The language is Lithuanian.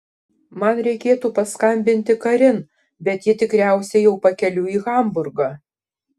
man reikėtų paskambinti karin bet ji tikriausiai jau pakeliui į hamburgą